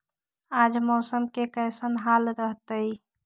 आज मौसम के कैसन हाल रहतइ?